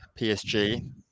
PSG